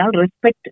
respect